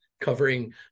covering